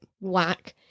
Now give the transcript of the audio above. whack